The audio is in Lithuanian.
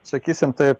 sakysim taip